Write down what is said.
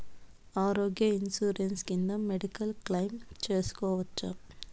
ఆరోగ్య ఇన్సూరెన్సు కింద medical claim సేసుకోవచ్చా?